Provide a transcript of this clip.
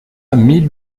mille